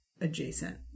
adjacent